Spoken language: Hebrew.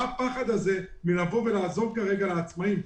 מה הפחד הזה מלבוא ולעזור כרגע לעצמאים?